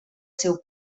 seu